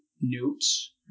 notes